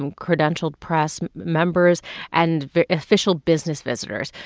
um credentialed press members and official business visitors.